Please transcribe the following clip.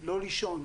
לא לישון,